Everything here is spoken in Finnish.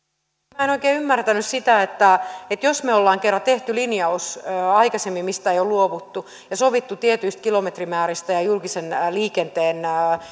minä en oikein ymmärtänyt sitä että jos me olemme kerran tehneet aikaisemmin linjauksen mistä ei ole luovuttu ja sopineet tietyistä kilometrimääristä ja julkisen liikenteen